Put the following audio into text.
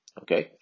okay